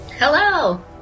Hello